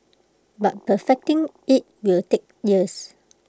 but perfecting IT will take years